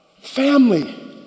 Family